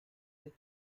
des